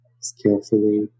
skillfully